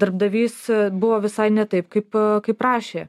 darbdavys buvo visai ne taip kaip kaip prašė